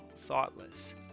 thoughtless